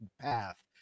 path